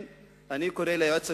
אני ביקרתי אצל